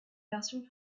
version